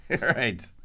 Right